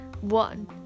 One